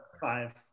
five